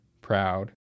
proud